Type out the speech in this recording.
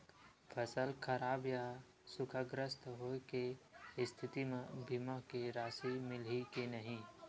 फसल खराब या सूखाग्रस्त होय के स्थिति म बीमा के राशि मिलही के नही?